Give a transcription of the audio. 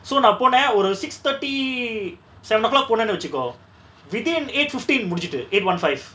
so நா போன ஒரு:na pona oru six thirty seven o'clock போனனு வச்சிக்கோ:ponanu vachiko within eight fifteen முடிச்சிட்டு:mudichitu eight one five